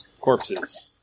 corpses